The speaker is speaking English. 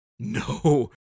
No